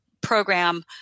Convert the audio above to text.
program